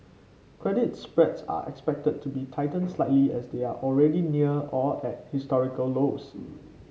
credit spreads are expected to be tightened slightly as they are already near or at historical lows